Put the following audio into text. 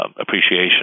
Appreciation